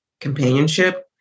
companionship